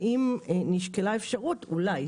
האם נשקלה אפשרות אולי